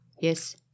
Yes